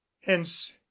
hence